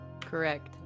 Correct